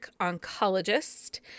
oncologist